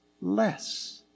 less